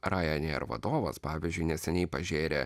ryanair vadovas pavyzdžiui neseniai pažėrė